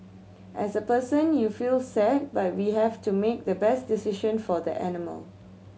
as a person you feel sad but we have to make the best decision for the animal